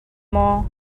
maw